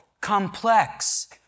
complex